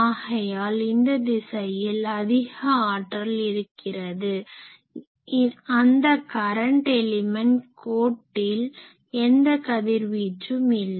ஆகையால் இந்த திசையில் அதிக ஆற்றல் இருக்கிறது அந்த கரன்ட் எலிமென்ட் கோட்டில் எந்த கதிர்வீச்சும் இல்லை